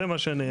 זה מה שנאמר.